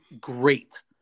great